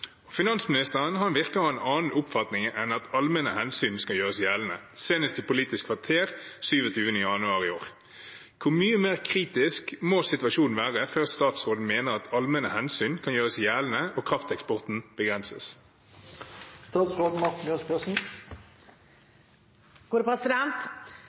Finansministeren virker å ha en annen oppfatning enn at allmenne hensyn skal gjøres gjeldende, senest i Politisk kvarter 27. januar 2022. Hvor mye mer kritisk må situasjonen være før statsråden mener at allmenne hensyn kan gjøres gjeldende og krafteksporten begrenses?»